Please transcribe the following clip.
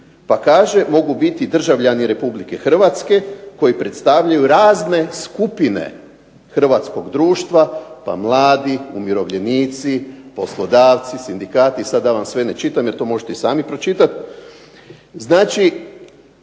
pa kaže mogu biti državljani Republike Hrvatske koji predstavljaju razne skupine hrvatskog društva, pa mladi, umirovljenici, poslodavci, sindikati i sad da vam sve ne čitam jer to možete i sami pročitati.